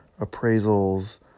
appraisals